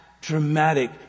dramatic